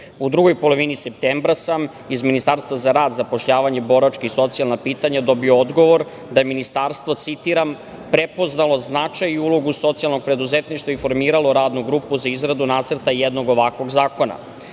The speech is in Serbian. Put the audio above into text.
drugoj polovini septembra sam iz Ministarstva za rad, zapošljavanje, boračka i socijalna pitanja dobio odgovor da je Ministarstvo, citiram „prepoznalo značaj i ulogu socijalnog preduzetništva i formiralo Radnu grupu za izradu nacrta jednog ovakvog zakona“.Pošto